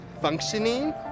functioning